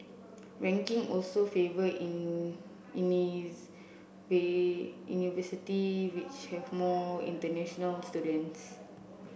rankings also favour in university which have more international students